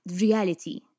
reality